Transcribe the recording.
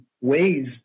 ways